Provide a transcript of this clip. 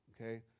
okay